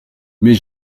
mais